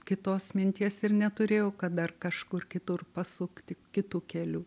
kitos minties ir neturėjau kad dar kažkur kitur pasukti kitu keliu